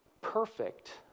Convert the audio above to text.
perfect